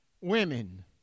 women